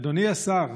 אדוני השר,